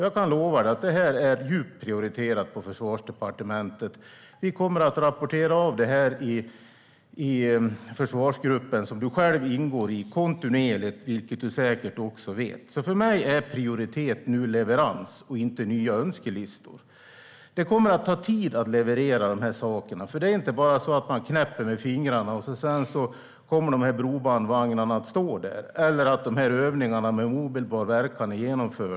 Jag kan lova dig att detta är djupt prioriterat på Försvarsdepartementet. Vi kommer att kontinuerligt rapportera av detta i försvarsgruppen, som du själv ingår i, vilket du säkert också vet. För mig är prioritet nu leverans, och inte nya önskelistor. Det kommer att ta tid att leverera de här sakerna. Det är inte bara att knäppa med fingrarna, och sedan kommer brobandvagnarna att stå där och övningarna kommer att vara genomförda med omedelbar verkan.